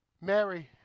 Mary